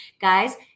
Guys